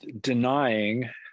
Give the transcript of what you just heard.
denying